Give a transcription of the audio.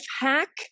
hack